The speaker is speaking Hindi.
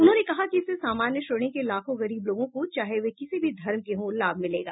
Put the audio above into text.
उन्होंने कहा कि इससे सामान्य श्रेणी के लाखों गरीब लोगों को चाहे वे किसी भी धर्म के हों लाभ मिलेगा